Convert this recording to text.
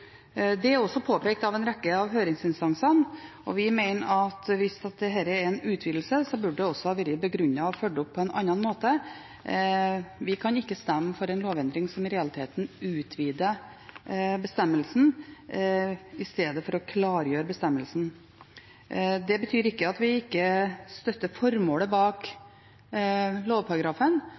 Det er også påpekt av en rekke av høringsinstansene. Vi mener at hvis dette er en utvidelse, burde det også ha vært begrunnet og ført opp på en annen måte. Vi kan ikke stemme for en lovendring som i realiteten utvider bestemmelsen i stedet for å klargjøre den. Det betyr ikke at vi ikke støtter formålet bak lovparagrafen,